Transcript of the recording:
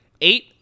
eight